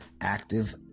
active